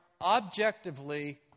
objectively